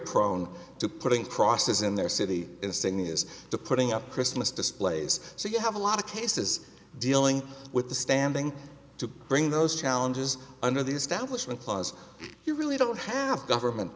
prone to putting crosses in their city insignias to putting up christmas displays so you have a lot of cases dealing with the standing to bring those challenges under the establishment clause you really don't have government